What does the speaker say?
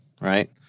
right